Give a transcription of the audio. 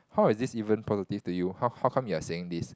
how is this even positive to you how how come you are saying this